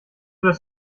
das